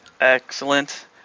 Excellent